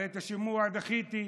הרי את השימוע דחיתי,